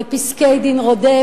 פסקי דין רודף.